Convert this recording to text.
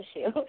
issue